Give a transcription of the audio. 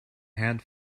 had